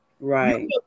Right